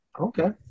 Okay